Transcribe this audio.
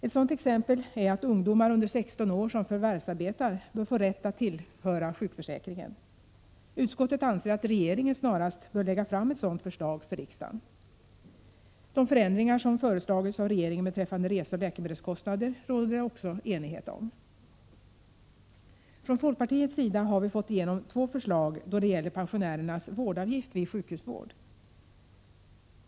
Ett sådant exempel är att ungdomar under 16 år som förvärvsarbetar bör få rätt att tillhöra sjukförsäkringen. Utskottet anser att regeringen snarast bör lägga fram ett sådant förslag för riksdagen. De förändringar som föreslagits av regeringen beträffande reseoch läkemedelskostnader råder det också enighet om. Från folkpartiets sida har vi fått igenom två förslag då det gäller pensionärernas vårdavgift vid sjukhusvård.